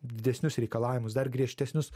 didesnius reikalavimus dar griežtesnius